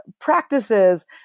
practices